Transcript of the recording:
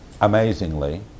amazingly